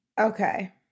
Okay